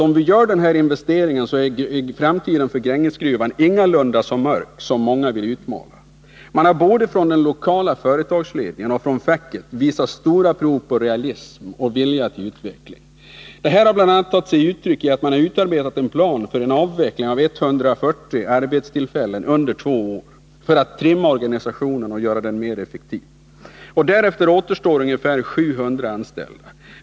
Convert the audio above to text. Om vi gör den här investeringen är framtiden för Grängesgruvan ingalunda så mörk som många vill utmåla den. Man har både från den lokala företagsledningen och från facket visat stora prov på realism och vilja till utveckling. Det har bl.a. tagit sig uttryck i att man utarbetat en plan för en avveckling av 140 arbetstillfällen under två år för att trimma organisationen och göra den mer effektiv. Därefter återstår ungefär 700 anställda.